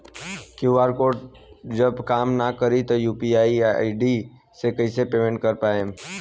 QR code जब काम ना करी त यू.पी.आई आई.डी से कइसे पेमेंट कर पाएम?